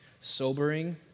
sobering